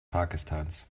pakistans